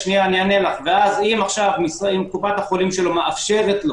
אם עכשיו קופת החולים שלו מאפשרת לו